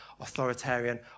authoritarian